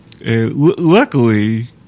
luckily